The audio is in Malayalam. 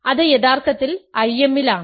അത് യഥാർത്ഥത്തിൽ Im ലാണ്